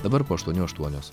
dabar po aštuonių aštuonios